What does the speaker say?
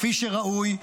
כפי שראוי,